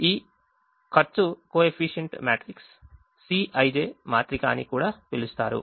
ఈ cost coefficient matrix ను Cij matrix అని కూడా పిలుస్తారు